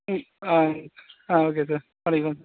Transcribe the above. ம் ஆ ஆ ஓகே சார் பண்ணிக்கலாம் சார்